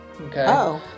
Okay